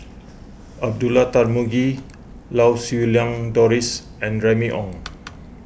Abdullah Tarmugi Lau Siew Lang Doris and Remy Ong